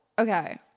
Okay